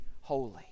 holy